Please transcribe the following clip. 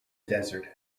desert